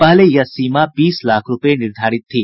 पहले यह सीमा बीस लाख रूपये निर्धारित थी